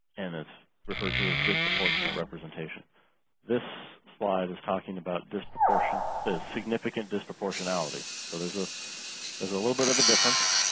and it's referred to as disproportionate representation this slide is talking about disproportion is significant disproportionality. so there's a there's a little bit of a difference.